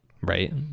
Right